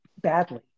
badly